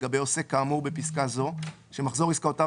לגבי עוסק כאמור בפסקה זו שמחזור עסקאותיו